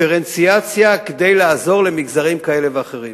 לדיפרנציאציה, כדי לעזור למגזרים כאלה ואחרים.